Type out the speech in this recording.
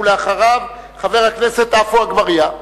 אחריו, חבר הכנסת עפו אגבאריה,